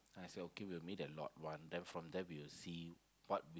then I say okay we will meet a lot one then from there we will see what